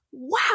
Wow